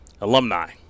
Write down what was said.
alumni